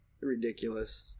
ridiculous